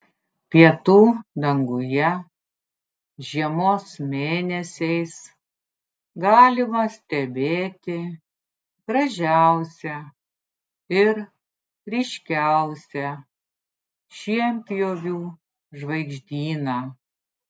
pietų danguje žiemos mėnesiais galima stebėti gražiausią ir ryškiausią šienpjovių žvaigždyną